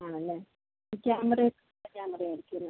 ആണല്ലേ ക്യാമറയോ നല്ല ക്യാമറ ആയിരിക്കും അല്ലേ